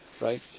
right